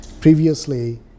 Previously